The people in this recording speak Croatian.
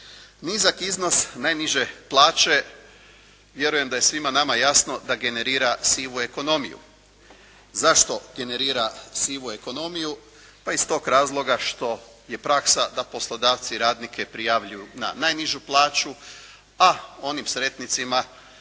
Nizak iznos najniže plaće vjerujem da je svima nama jasno da generira sivu ekonomiju. Zašto generira sivu ekonomiju? Pa iz tog razloga što je praksa da poslodavci radnike prijavljuju na najnižu plaću a onim sretnicima